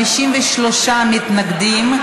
53 מתנגדים,